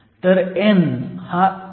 तर n हा 1